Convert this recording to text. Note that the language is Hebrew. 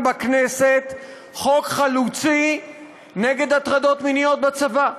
בכנסת חוק חלוצי נגד הטרדות מיניות בצבא,